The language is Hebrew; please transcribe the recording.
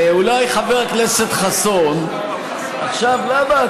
אולי, חבר הכנסת חסון, עכשיו למה?